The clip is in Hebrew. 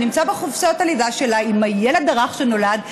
שנמצאת בחופשת הלידה שלה עם הילד הרך שנולד,